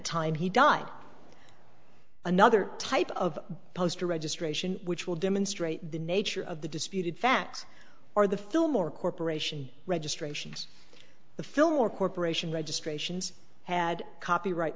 time he died another type of post or registration which will demonstrate the nature of the disputed facts or the film or corporation registrations the film or corporation registrations had copyright